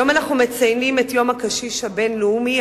היום אנחנו מציינים את יום הקשיש, הקשישה,